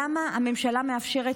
למה הממשלה מאפשרת,